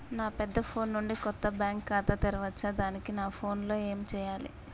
నా పెద్ద ఫోన్ నుండి కొత్త బ్యాంక్ ఖాతా తెరవచ్చా? దానికి నా ఫోన్ లో ఏం చేయాలి?